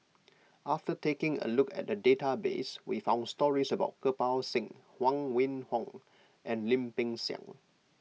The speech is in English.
after taking a look at the database we found stories about Kirpal Singh Huang Wenhong and Lim Peng Siang